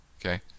okay